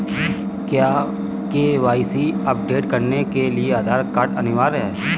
क्या KYC update करने के लिए आधार कार्ड अनिवार्य है?